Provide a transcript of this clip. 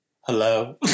hello